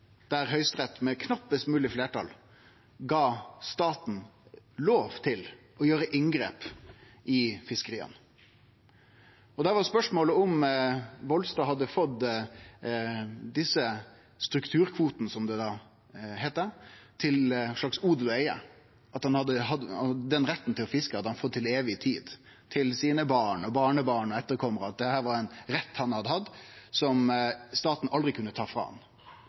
der Høgsterett med knappast mogleg fleirtal gav staten lov til å gjere inngrep i fiskeria. Der var spørsmålet om Volstad hadde fått desse strukturkvotane, som det da heitte, til ein slags odel og eige, at den retten til å fiske hadde han fått til evig tid, til sine barn, barnebarn og etterkomarar, at dette var ein rett han hadde hatt som staten aldri kunne ta frå